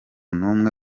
n’umwe